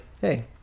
hey